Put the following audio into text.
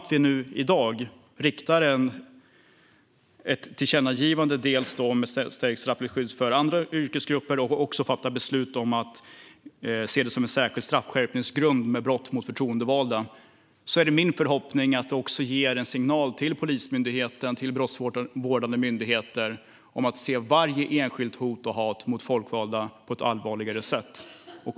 I dag riktar vi ett tillkännagivande om skärpt straffrättsligt skydd även för andra yrkesgrupper samt fattar beslut om att se brott mot förtroendevalda som en särskild straffskärpningsgrund, och det är min förhoppning att detta ger en signal till Polismyndigheten och rättsvårdande myndigheter om att de ska se allvarligare på varje enskilt hot och varje enskilt fall av hat mot folkvalda.